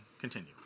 Continue